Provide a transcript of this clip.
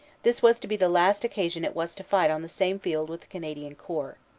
this was to be the last occasion it was to fight on the same field with canadian corps.